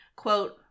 Quote